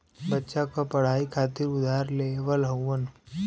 बच्चा क पढ़ाई खातिर उधार लेवल हउवन